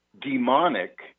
demonic